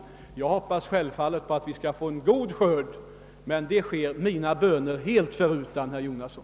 Självfallet hoppas jag att vi skall få en god skörd, men det får vi mina böner helt förutan, herr Jonasson.